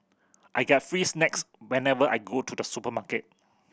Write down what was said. I get free snacks whenever I go to the supermarket